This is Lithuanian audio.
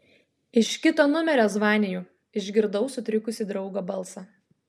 iš kito numerio zvaniju išgirdau sutrikusį draugo balsą